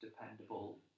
dependable